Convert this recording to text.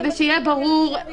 כדי שיהיה ברור,